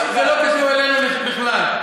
זה לא קשור אליהם בכלל.